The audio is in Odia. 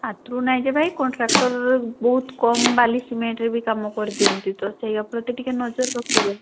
ହାତରୁ ନାଇ ଯେ ଭାଇ କଣ୍ଟ୍ରାକ୍ଟର ବହୁତ କମ ବାଲି ସିମେଣ୍ଟରେ ବି କାମ କରି ଦିଅନ୍ତି ତ ସେୟା ପ୍ରତି ଟିକିଏ ନଜର ରଖିବେ